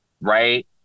right